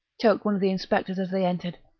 choked one of the inspectors as they entered.